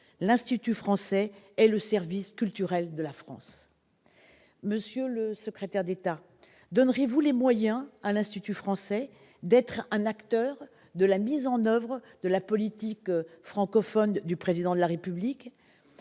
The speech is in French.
l'Institut français reste le seul service culturel de la France. Monsieur le secrétaire d'État, entendez-vous donner les moyens à l'Institut français de demeurer un acteur de la mise en oeuvre de la politique francophone du Président de la République ?